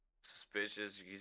Suspicious